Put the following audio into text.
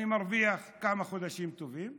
אני מרוויח כמה חודשים טובים,